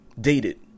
Dated